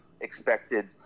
expected